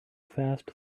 fast